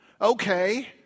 Okay